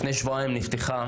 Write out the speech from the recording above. לפני שבועיים נפתחה